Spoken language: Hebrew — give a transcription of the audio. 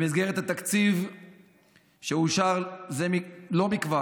במסגרת התקציב שאושר זה לא מכבר